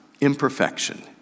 imperfection